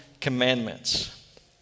commandments